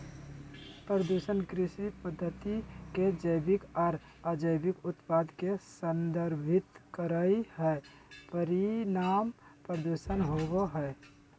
प्रदूषण कृषि पद्धति के जैविक आर अजैविक उत्पाद के संदर्भित करई हई, परिणाम प्रदूषण होवई हई